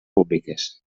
públiques